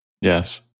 Yes